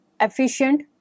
efficient